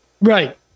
Right